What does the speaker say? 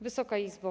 Wysoka Izbo!